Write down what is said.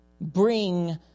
bring